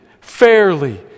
fairly